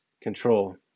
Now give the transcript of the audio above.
control